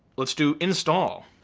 let's do install.